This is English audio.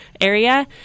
area